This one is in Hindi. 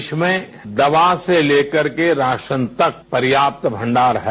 देश में दवा से ले करके राशन तक पर्याप्त भंडार है